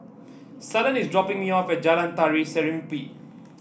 Suellen is dropping me off at Jalan Tari Serimpi